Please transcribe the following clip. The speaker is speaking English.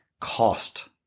cost